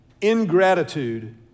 ingratitude